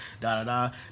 da-da-da